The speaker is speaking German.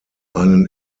einen